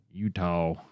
Utah